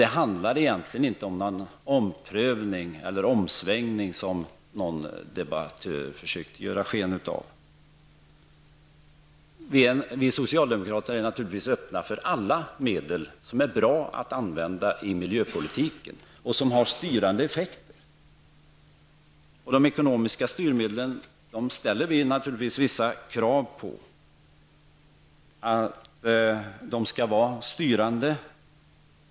Det handlade egentligen inte om någon omprövning eller omsvängning, som någon debattör försökte ge sken av. Vi socialdemokrater är naturligtvis öppna för alla medel som är bra att använda i miljöpolitiken och som har styrande effekter. De ekonomiska styrmedlen ställer vi självfallet vissa krav på: De skall vara styrande.